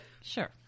Sure